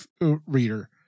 reader